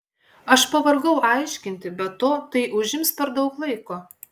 aš pavargau aiškinti be to tai užims per daug laiko